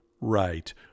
Right